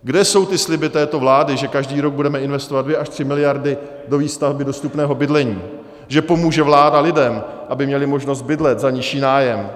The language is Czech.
Kde jsou ty sliby této vlády, že každý rok budeme investovat dvě až tři miliardy do výstavby dostupného bydlení, že pomůže vláda lidem, aby měli možnost bydlet za nižší nájem?